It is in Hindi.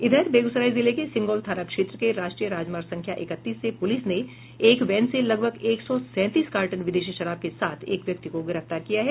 इधर बेगूसराय जिले के सिंघौल थाना क्षेत्र के राष्ट्रीय राजमार्ग संख्या इकतीस से प्रलिस ने एक वैन से लगभग एक सौ सैंतीस कार्टन विदेशी शराब के साथ एक व्यक्ति को गिरफ्तार किया है